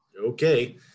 okay